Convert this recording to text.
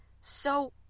So